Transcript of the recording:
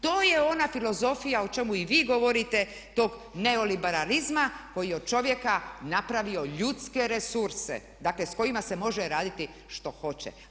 To je ona filozofija o čemu i vi govorite tog neoliberalizma koji od je od čovjeka napravio ljudske resurse dakle s kojima se može raditi što hoće.